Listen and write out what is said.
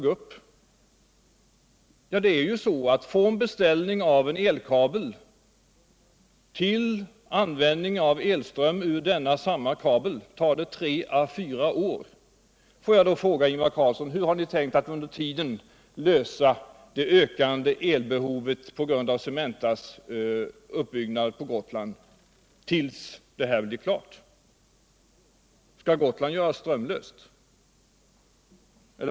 Från beställning av en elkabel till användning av elström ur samma kabel går det tre-fyra år. Får jag då fråga Ingvar Carlsson hur ni tänkt att lösa det ökande elbehovet på grund av Cementas utbyggnad på Gotland tills kabeln blir klar? Skall Gotland göras strömlöst?